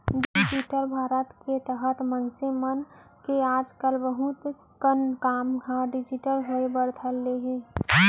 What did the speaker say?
digital Bharat के तहत मनसे मन के आज कल बहुत कन काम ह डिजिटल होय बर धर ले हावय